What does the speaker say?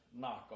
knockoff